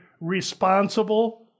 responsible